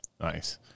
Nice